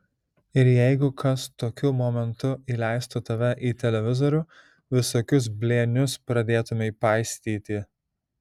ir jeigu kas tokiu momentu įleistų tave į televizorių visokius blėnius pradėtumei paistyti